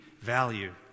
value